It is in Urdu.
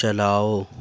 چلاؤ